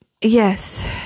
Yes